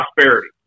prosperity